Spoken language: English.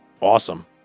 awesome